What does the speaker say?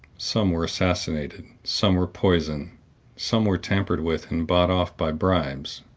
some were assassinated some were poisoned some were tampered with and bought off by bribes.